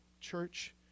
Church